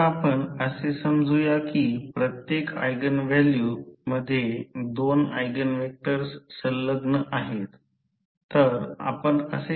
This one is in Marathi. तर ही बाजू प्रत्यक्षात या बाजूने नेली जाते मी आणखी चांगले करतो मी चित्रण करीन